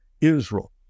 Israel